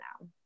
now